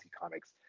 comics